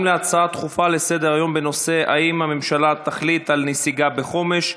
להצעות דחופות לסדר-היום בנושא: האם הממשלה תחליט על נסיגה מחומש?